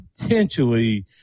potentially